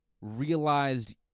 realized